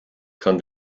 kann